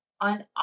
on